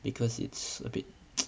because it's a bit